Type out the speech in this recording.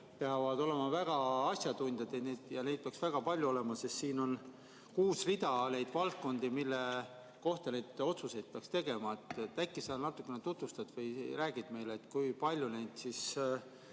peavad olema väga [head] asjatundjad ja neid peaks väga palju olema, sest siin on kuus rida neid valdkondi, mille kohta neid otsuseid peaks tegema. Äkki sa natukene tutvustad või räägid meile, kui palju neid on